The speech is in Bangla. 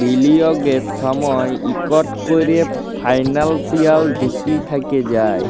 বিলিয়গের সময়ই ইকট ক্যরে ফিলান্সিয়াল ঝুঁকি থ্যাকে যায়